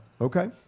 Okay